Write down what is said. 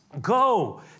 Go